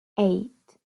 eight